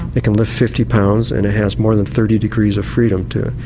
it can lift fifty lbs and it has more than thirty degrees of freedom, too.